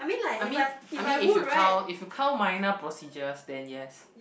I mean I mean if you count if you count minor procedures then yes